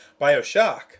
Bioshock